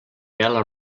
vela